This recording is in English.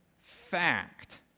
fact